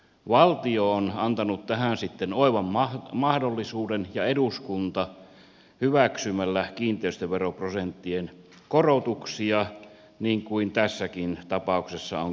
valtio ja eduskunta on antanut tähän sitten oivan mahdollisuuden hyväksymällä kiinteistöveroprosenttien korotuksia mistä tässäkin tapauksessa on kysymys